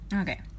Okay